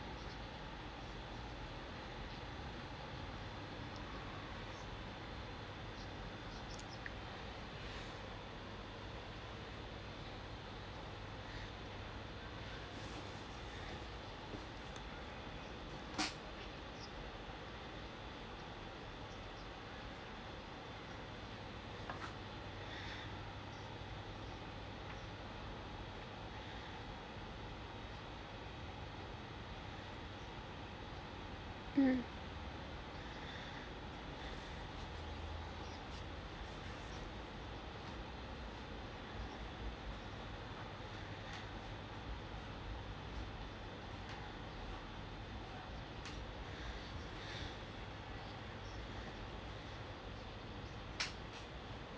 mm